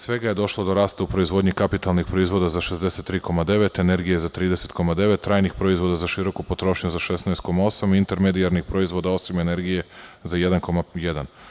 Došlo je do rasta u proizvodnji kapitalnih proizvoda za 63,9, energije za 30,9, trajnih proizvoda za široku potrošnju za 6,8, intermedijalnih proizvoda, osim energije, za 1,1%